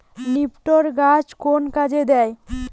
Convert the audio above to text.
নিপটর গাছের কোন কাজে দেয়?